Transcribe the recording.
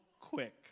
quick